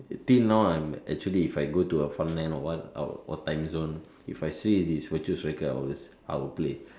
till now I'm actually if I go to a fun land or what I'll or timezone if I see this virtual cycle I'll always I'll play